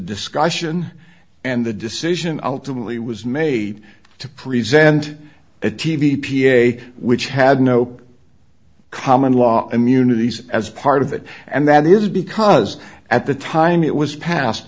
discussion and the decision ultimately was made to present a t v p a which had no common law immunities as part of it and that is because at the time it was passed